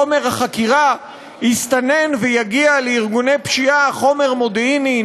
חומר החקירה יסתנן ויגיע לארגוני פשיעה חומר מודיעיני,